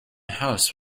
house